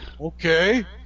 okay